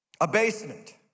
Abasement